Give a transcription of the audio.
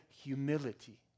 humility